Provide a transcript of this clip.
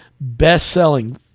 best-selling